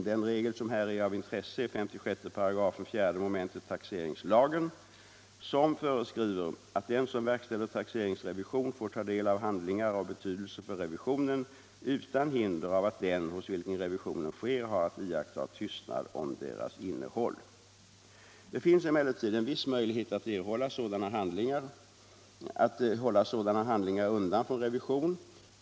Den regel som här är av intresse är 56 § 4 mom. taxeringslagen, som föreskriver att den som verkställer taxeringsrevision får ta del av handlingar av betydelse för revisionen utan hinder av att den hos vilken revisionen sker har att iakttaga tystnad om deras innehåll. Det finns emellertid en viss möjlighet att hålla sådana handlingar undan från revision.